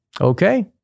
okay